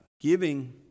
giving